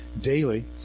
daily